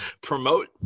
promote